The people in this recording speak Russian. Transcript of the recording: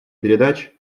передач